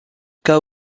cas